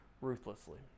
ruthlessly